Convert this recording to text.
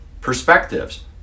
perspectives